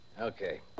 Okay